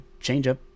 changeup